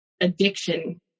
addiction